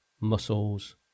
muscles